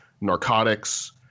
narcotics